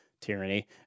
tyranny